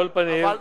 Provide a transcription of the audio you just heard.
אבל תשמע,